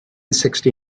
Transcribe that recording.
sixty